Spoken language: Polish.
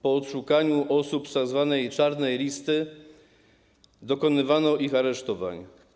Po odszukaniu osób z tzw. czarnej listy dokonywano ich aresztowań.